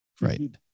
right